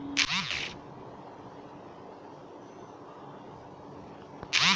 केहू के उधार देहला पअ ओसे कवनो न कवनो सामान बंधक रखवावल जाला